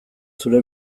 zure